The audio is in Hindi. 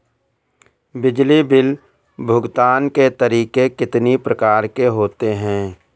बिजली बिल भुगतान के तरीके कितनी प्रकार के होते हैं?